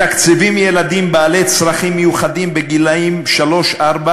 מתקצבים ילדים בעלי צרכים מיוחדים בגילים שלוש-ארבע